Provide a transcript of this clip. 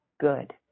good